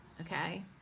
Okay